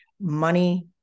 money